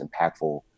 impactful